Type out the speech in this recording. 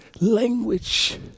language